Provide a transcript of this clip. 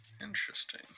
Interesting